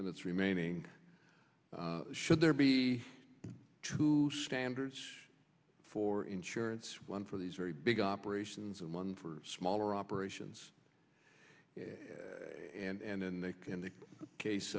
minutes remaining should there be two standards for insurance one for these very big operations and one for smaller operations and then they can the case